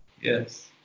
Yes